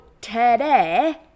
today